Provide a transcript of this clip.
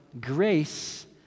grace